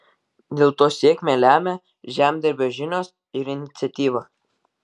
dėl to sėkmę lemia žemdirbio žinios ir iniciatyva